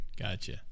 Gotcha